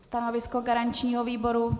Stanovisko garančního výboru?